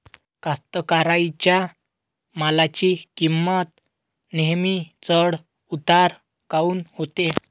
कास्तकाराइच्या मालाची किंमत नेहमी चढ उतार काऊन होते?